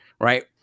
right